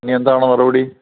ഇനി എന്താണ് നടപടി